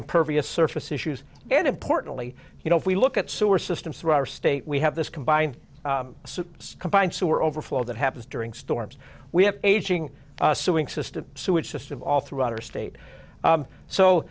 impervious surface issues and importantly you know if we look at sewer systems through our state we have this combined suit combined sewer overflow that happens during storms we have aging suing system sewage just of all throughout our state